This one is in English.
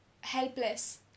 helpless